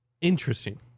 Interesting